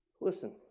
Listen